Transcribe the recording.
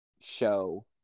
show